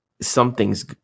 something's